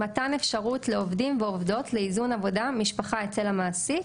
מתן אפשרות לעובדים ועבודות לאיזון עבודה-משפחה אצל המעסיק,